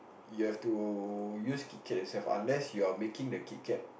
you have to use Kit-Kat unless you are making the Kit-Kat